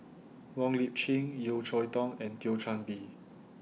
Wong Lip Chin Yeo Cheow Tong and Thio Chan Bee